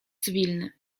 cywilny